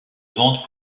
vente